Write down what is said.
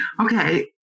Okay